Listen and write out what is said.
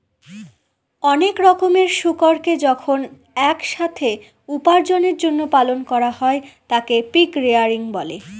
অনেক রকমের শুকুরকে যখন এক সাথে উপার্জনের জন্য পালন করা হয় তাকে পিগ রেয়ারিং বলে